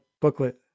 booklet